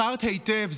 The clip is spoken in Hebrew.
בחרת היטב.